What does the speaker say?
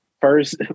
first